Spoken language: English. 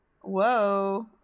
Whoa